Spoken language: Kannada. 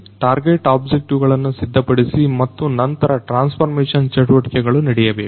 ಟಾರ್ಗೆಟ್ ಆಬ್ಜೆಕ್ಟಿವ್ಗಳನ್ನ ಸಿದ್ಧಪಡಿಸಿ ಮತ್ತು ನಂತರ ಟ್ರಾನ್ಸ್ಫರ್ ಮೇಷನ್ ಚಟುವಟಿಕೆಗಳು ನಡೆಯಲೇಬೇಕು